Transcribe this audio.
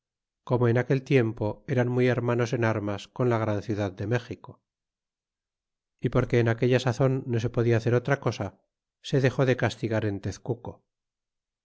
como en aquel tiempo eran muy hermanos en armas con la gran ciudad de méxico y porque en aquella sazon no se podia hacer otra cosa se dexó de castigar en tezcuco